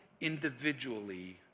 individually